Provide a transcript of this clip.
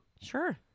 Sure